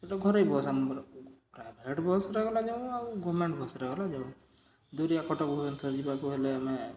ସେଟା ଘରୋଇ ବସ୍ ଆମ ପ୍ରାଇଭେଟ୍ ବସ୍ରେ ଗଲା ଯାଉ ଆଉ ଗଭର୍ଣ୍ଣମେଣ୍ଟ୍ ବସ୍ରେ ଗଲା ଯାଉ ଦୂରିଆ କଟକ ଭୁବନେଶ୍ଵର ଯିବାକୁ ହେଲେ ଆମେ